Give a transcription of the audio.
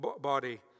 body